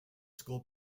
school